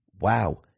wow